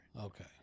Okay